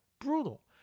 Brutal